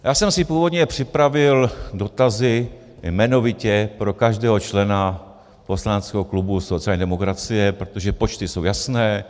Já jsem si původně připravil dotazy, jmenovitě pro každého člena poslaneckého klubu sociální demokracie, protože počty jsou jasné.